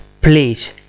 please